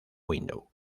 windows